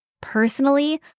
Personally